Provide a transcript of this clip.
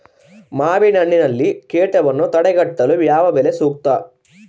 ಮಾವಿನಹಣ್ಣಿನಲ್ಲಿ ಕೇಟವನ್ನು ತಡೆಗಟ್ಟಲು ಯಾವ ಬಲೆ ಸೂಕ್ತ?